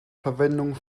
verwendung